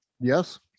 Yes